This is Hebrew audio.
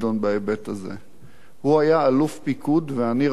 הוא היה אלוף פיקוד ואני רב-סרן צעיר בלבנון.